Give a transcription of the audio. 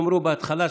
בשם הרשויות,